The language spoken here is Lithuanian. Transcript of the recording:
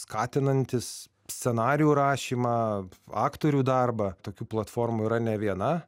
skatinantis scenarijų rašymą aktorių darbą tokių platformų yra ne viena